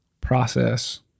process